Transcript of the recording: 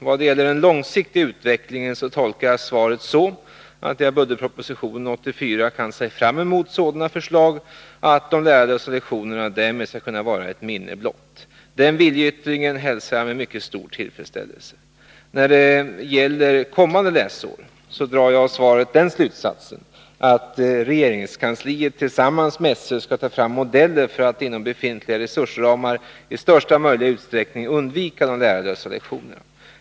Vad det gäller den långsiktiga utvecklingen tolkar jag svaret så, att jag i budgetpropositionen 1984 kan se fram emot sådana förslag att de lärarlösa lektionerna därmed skall kunna vara ett minne blott. Den viljeyttringen hälsar jag med mycket stor tillfredsställelse. När det gäller kommande läsår, så drar jag av svaret den slutsatsen att regeringskansliet tillsammans med SÖ skall ta fram modeller för att inom befintliga resursramar i största möjliga utsträckning undvika de lärarlösa lektionerna.